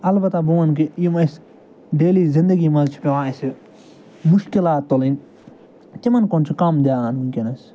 اَلبتہ بہٕ وَنہٕ کہِ یِم أسۍ ڈیلی زندگی منٛز چھِ پٮ۪وان اَسہِ مُشکِلات تُلٕنۍ تِمَن کُن چھِ کَم دھیان وٕنۍکٮ۪نَس